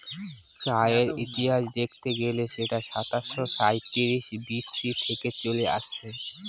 চায়ের ইতিহাস দেখতে গেলে সেটা সাতাশো সাঁইত্রিশ বি.সি থেকে চলে আসছে